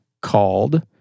called